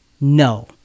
no